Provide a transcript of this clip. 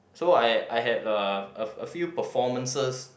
so I I had a a a few performances